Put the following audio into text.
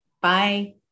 Bye